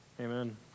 Amen